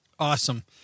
Awesome